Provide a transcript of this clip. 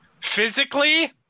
physically